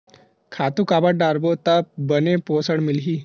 खातु काबर डारबो त बने पोषण मिलही?